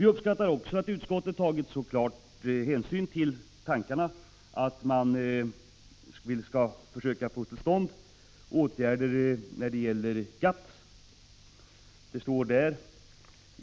Vi uppskattar också att utskottet så klart har tagit hänsyn till våra förslag att försöka få till stånd åtgärder inom GATT.